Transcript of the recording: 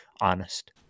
honest